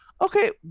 okay